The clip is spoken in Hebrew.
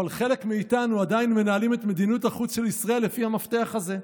אבל חלק מאיתנו עדיין מנהלים את מדיניות החוץ של ישראל לפי המפתח הזה,